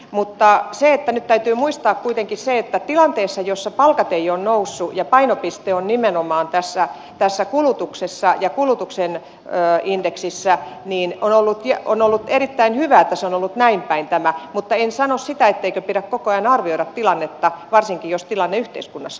mutta nyt täytyy muistaa kuitenkin se että tilanteessa jossa palkat eivät ole nousseet ja painopiste on nimenomaan tässä kulutuksessa ja kulutuksen indeksissä on ollut erittäin hyvä että tämä on ollut näin päin mutta en sano sitä etteikö pidä koko ajan arvioida tilannetta varsinkin jos tilanne yhteiskunnassa muuttuu